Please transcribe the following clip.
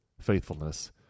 faithfulness